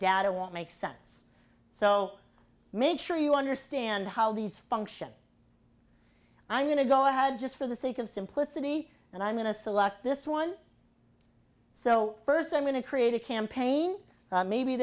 data won't make sense so make sure you understand how these functions i'm going to go ahead just for the sake of simplicity and i'm going to select this one so first i'm going to create a campaign maybe